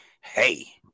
hey